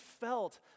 felt